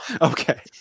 Okay